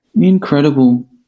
Incredible